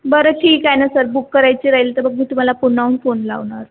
बरं ठीकए ना सर बुक करायची राहील तर मग मी तुम्हाला पुन्हाहून फोन लावणार